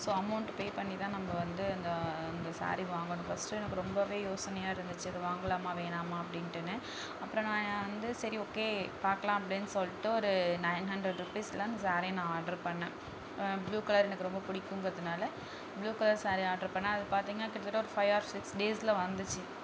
so amount pay பண்ணி தான் நம்ம வந்து அந்த அந்த ஸாரி வாங்கணும் ஃபஸ்ட்டு எனக்கு ரொம்ப யோசனையாக இருந்துச்சு இது வாங்கலாமா வேணாமா அப்படின்ட்டுனு அப்புறம் நான் வந்து சரி ஓகே பார்க்கலாம் அப்படினு சொல்லிட்டு ஒரு நைன் ஹண்ட்ரட் ருப்பீஸில் அந்த ஸாரி நான் ஆர்டர் பண்ணிணேன் புளூ கலர் எனக்கு ரொம்ப பிடிக்குங்கிறதுனால புளூ கலர் ஸாரி ஆர்டர் பண்ணிணேன் அது பார்த்திங்கனா கிட்டத்தட்ட ஒரு ஃபைவ் ஆர் சிக்ஸ் டேஸில் வந்துச்சு